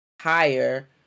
higher